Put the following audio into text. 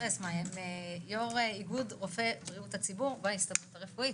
יו"ר איגוד רופאי בריאות הציבור בהסתדרות הרפואית.